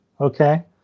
Okay